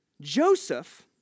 Joseph